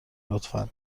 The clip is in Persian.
لطفا